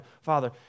Father